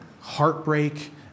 heartbreak